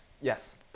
Yes